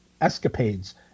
Escapades